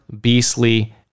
beastly